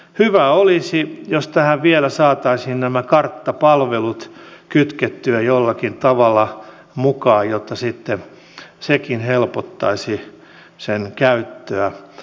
hyvä olisi jos tähän vielä saataisiin nämä karttapalvelut kytkettyä jollakin tavalla mukaan jotta sitten sekin helpottaisi sen käyttöä